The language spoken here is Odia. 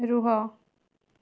ରୁହ